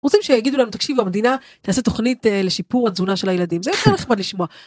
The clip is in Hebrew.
רוצים שיגידו לנו תקשיבו המדינה תעשה תוכנית לשיפור התזונה של הילדים זה יותר נחמד לשמוע.